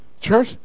Church